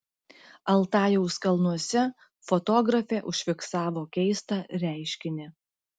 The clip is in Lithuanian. altajaus kalnuose fotografė užfiksavo keistą reiškinį